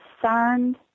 concerned